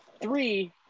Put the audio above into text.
Three